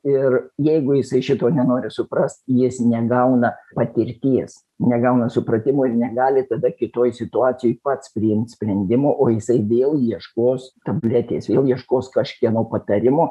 ir jeigu jisai šito nenori suprast jis negauna patirties negauna supratimo ir negali tada kitoj situacijoj pats priimt sprendimų o jisai vėl ieškos tabletės vėl ieškos kažkieno patarimo